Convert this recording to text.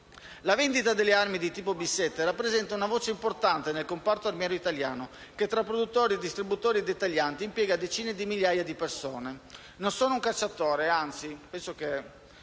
La vendita delle armi di tipo B7 rappresenta una voce importante nel comparto armiero italiano, che tra produttori, distributori e dettaglianti impiega decine di migliaia di persone. Non sono un cacciatore (anzi, tutt'altro,